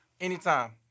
Anytime